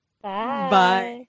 Bye